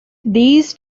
these